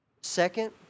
Second